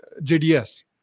JDS